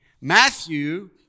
Matthew